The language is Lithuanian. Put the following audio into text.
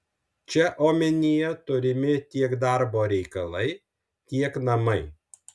čia omenyje turimi tiek darbo reikalai tiek namai